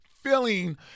feeling